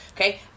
Okay